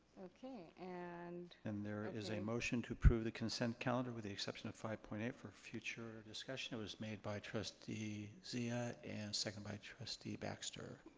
okay, and and there is a motion to approve the consent calendar with the exception of five point eight for future discussion. it was made by trustee zia and second by trustee baxter.